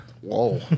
whoa